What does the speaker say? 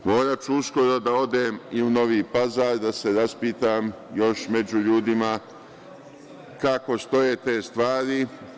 Moraću uskoro da odem i u Novi Pazar da se raspitam još među ljudima kako stoje te stvari.